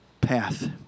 path